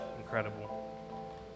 incredible